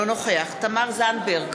אינו נוכח תמר זנדברג,